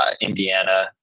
Indiana